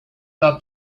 not